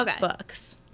books